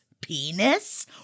penis